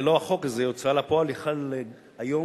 ללא החוק הזה ההוצאה לפועל יכולה היום